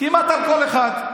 כמעט על כל אחד.